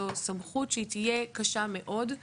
זו סמכות שהיא תהיה קשה מאוד.